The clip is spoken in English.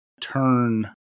turn